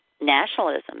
nationalism